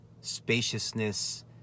spaciousness